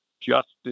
justice